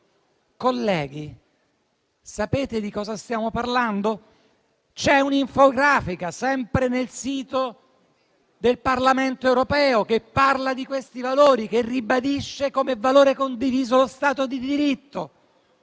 Colleghi, sapete di cosa stiamo parlando? C'è un'infografica, sempre nel sito del Parlamento europeo, che parla di questi valori e che ribadisce come valore condiviso lo Stato di diritto.